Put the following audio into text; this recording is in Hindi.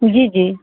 जी जी